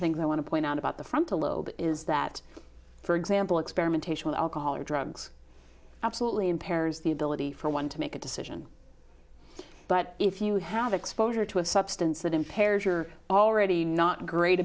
things i want to point out about the frontal lobe is that for example experimentation with alcohol or drugs absolutely impairs the ability for one to make a decision but if you have exposure to a substance that impairs your already not great